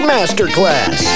Masterclass